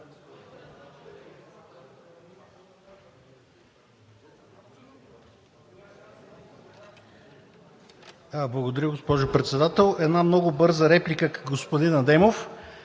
Благодаря, госпожо Председател. Една много бърза реплика към господин Адемов,